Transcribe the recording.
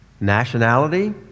Nationality